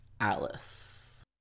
Alice